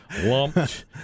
Lumped